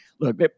Look